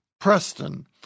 Preston